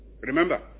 Remember